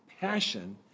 passion